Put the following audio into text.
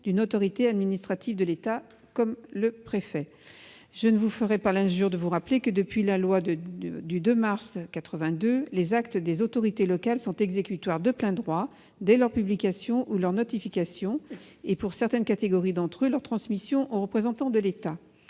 d'une autorité administrative de l'État, comme le préfet. Je ne vous ferai pas l'injure de vous rappeler, mes chers collègues, que, depuis la loi du 2 mars 1982, les actes des autorités locales sont exécutoires de plein droit dès leur publication ou leur notification et, pour certaines catégories d'entre eux, leur transmission au représentant de l'État.